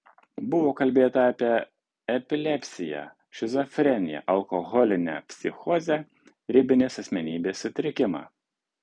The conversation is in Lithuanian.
buvo kalbėta apie epilepsiją šizofreniją alkoholinę psichozę ribinės asmenybės sutrikimą